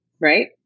right